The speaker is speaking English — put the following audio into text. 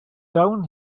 down